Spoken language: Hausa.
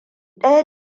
ɗaya